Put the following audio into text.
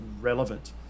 relevant